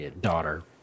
daughter